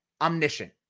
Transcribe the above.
omniscient